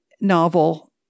novel